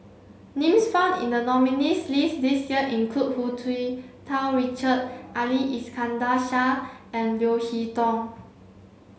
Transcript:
names found in the nominees' list this year include Hu Tsu Tau Richard Ali Iskandar Shah and Leo Hee Tong